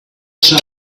shut